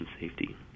safety